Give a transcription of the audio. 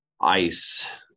ice